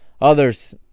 others